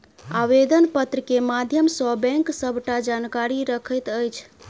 आवेदन पत्र के माध्यम सॅ बैंक सबटा जानकारी रखैत अछि